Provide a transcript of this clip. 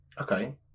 Okay